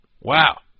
Wow